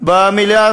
לכותל.